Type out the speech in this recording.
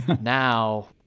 Now